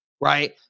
right